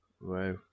Wow